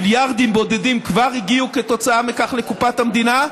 מיליארדים בודדים כבר הגיעו כתוצאה מכך לקופת המדינה.